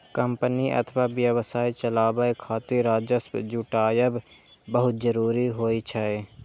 company अथवा व्यवसाय चलाबै खातिर राजस्व जुटायब बहुत जरूरी होइ छै